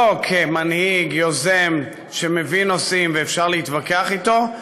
לא כמנהיג יוזם שמביא נושאים ואפשר להתווכח אתו,